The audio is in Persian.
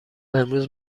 امروز